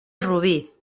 rubí